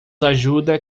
ajuda